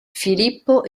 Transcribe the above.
filippo